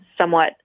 somewhat